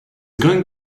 going